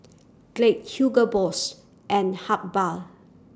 Glade Hugo Boss and Habhal